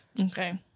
Okay